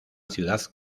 ciudad